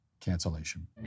cancellation